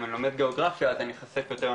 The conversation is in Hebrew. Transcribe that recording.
אם אני לומד גיאוגרפיה אז אני איחשף יותר לנושא,